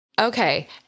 Okay